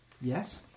Yes